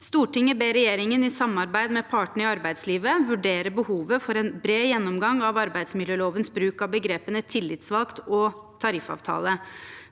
«Stortinget ber regjeringen i samarbeid med partene i arbeidslivet vurdere behovet for en bred gjennomgang av arbeidsmiljølovens bruk av begrepene «tillitsvalgt» og «tariffavtale».